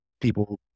people